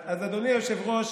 אדוני היושב-ראש,